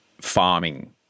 farming